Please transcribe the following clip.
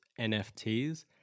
NFTs